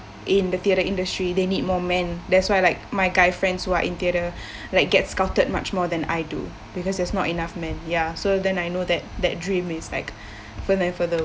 in the theatre industry they need more men that's why like my guy friends who are in theatre like get scouted much more than I do because there's not enough men ya so then I know that that dream is like fur~ and further